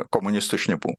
komunistų šnipų